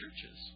churches